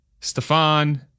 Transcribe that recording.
stefan